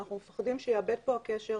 אנחנו מפחדים שיאבד כאן הקשר,